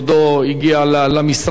עוד בזמנו של בוז'י הרצוג,